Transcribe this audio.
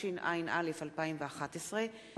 התשע"א 2011,